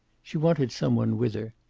she wanted some one with her.